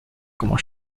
como